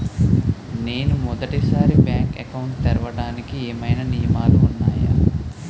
నేను మొదటి సారి బ్యాంక్ అకౌంట్ తెరవడానికి ఏమైనా నియమాలు వున్నాయా?